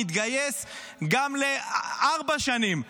ונתגייס גם לארבע שנים.